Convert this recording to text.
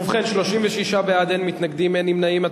ובכן, 36 בעד, אין מתנגדים, אין נמנעים.